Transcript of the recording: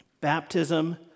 baptism